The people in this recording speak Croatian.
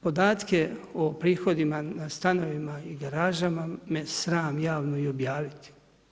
Podatke o prihodima na stanovima i garažama me sram javno i objaviti.